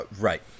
Right